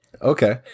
okay